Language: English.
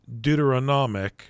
Deuteronomic